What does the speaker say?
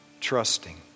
trusting